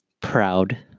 proud